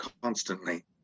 constantly